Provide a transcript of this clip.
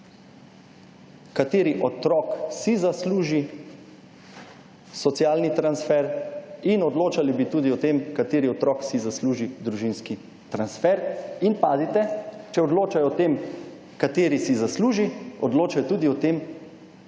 kateri otrok si zasluži socialni transfer in odločali bi tudi o tem kateri otrok si zasluži družinski transfer, in pazite, če odločajo o tem kateri si zasluži, odloča tudi o tem